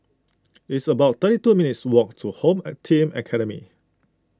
it's about thirty two minutes' walk to Home a Team Academy